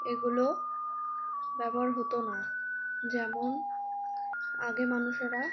এগুলো ব্যবহার হতো না যেমন আগে মানুষেরা